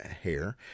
hair